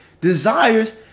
desires